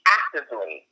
actively